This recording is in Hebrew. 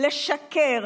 לשקר,